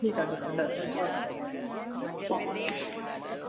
ठीकु आहे ठीकु आहे डन ओके